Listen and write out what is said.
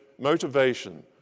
motivation